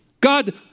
God